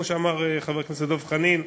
כמו שאמר חבר הכנסת דב חנין,